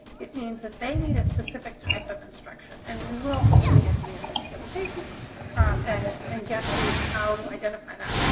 it means that they need a specific type of instruction. and we will hopefully get to the end of the presentation and and get to how to identify that.